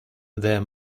there